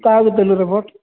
କାହାକୁ ଦେଲୁରେ ଭୋଟ୍